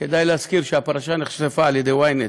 כדאי להזכיר שהפרשה נחשפה על ידי ynet,